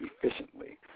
efficiently